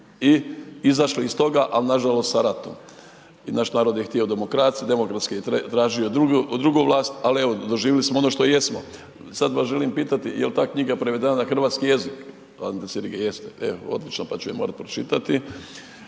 i izašli iz toga ali nažalost sa ratom. I naš narod je htio demokraciju, demokratski je tražio drugu vlast, ali evo doživjeli smo ono što jesmo. Sada vas želim pitati je li ta knjiga prevedena na hrvatski jezik? .../Govornik se ne razumije./... jeste, evo odlično, pa ću je morati pročitati.